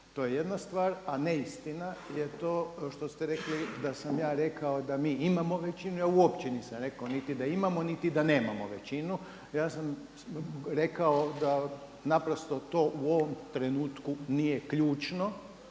to je jedna stvar. A neistina je to što ste rekli da sam ja rekao da mi imamo većinu, a uopće nisam rekao niti da imamo niti da nemamo većinu, ja sam rekao da naprosto to u ovom trenutku nije ključno